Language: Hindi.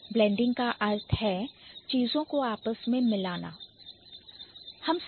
Blending का अर्थ चीजों को आपस में मिलाना होता है